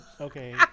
Okay